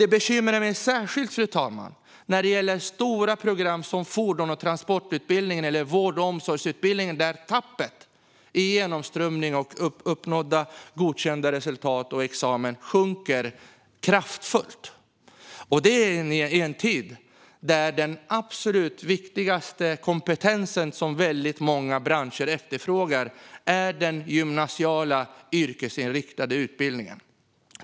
Det bekymrar mig särskilt, fru talman, när det gäller stora program som fordons och transportprogrammet och vård och omsorgsprogrammet, där genomströmningen och antalet uppnådda godkända resultat och examina sjunker kraftigt. Det sker dessutom i en tid då den absolut viktigaste kompetens som väldigt många branscher efterfrågar är den gymnasiala yrkesinriktade utbildningen.